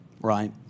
right